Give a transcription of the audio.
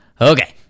Okay